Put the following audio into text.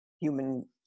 human